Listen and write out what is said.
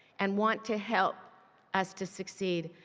and want to help us to succeed.